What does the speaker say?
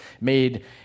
made